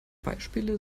beispiele